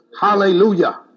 Hallelujah